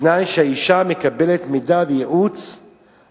בתנאי שהאשה מקבלת מידע וייעוץ,